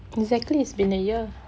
exactly it's been a year